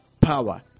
Power